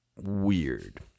weird